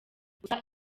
gusa